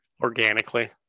organically